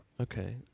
Okay